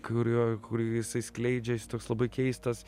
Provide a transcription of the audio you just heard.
kurio kur jisai skleidžia jis toks labai keistas